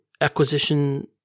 acquisition